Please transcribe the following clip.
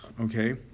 okay